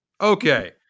okay